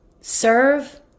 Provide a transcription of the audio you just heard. serve